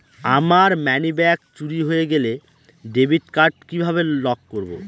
আমার মানিব্যাগ চুরি হয়ে গেলে ডেবিট কার্ড কিভাবে লক করব?